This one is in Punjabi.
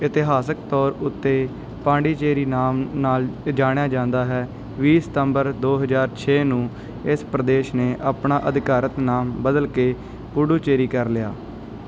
ਇਤਿਹਾਸਕ ਤੌਰ ਉੱਤੇ ਪਾਂਡੀਚੇਰੀ ਦੇ ਨਾਮ ਨਾਲ ਜਾਣਿਆ ਜਾਂਦਾ ਹੈ ਵੀਹ ਸਤੰਬਰ ਦੋ ਹਜ਼ਾਰ ਛੇ ਨੂੰ ਇਸ ਪ੍ਰਦੇਸ਼ ਨੇ ਆਪਣਾ ਅਧਿਕਾਰਤ ਨਾਮ ਬਦਲ ਕੇ ਪੁਡੁਚੇਰੀ ਕਰ ਲਿਆ